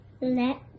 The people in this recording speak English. let